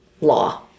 law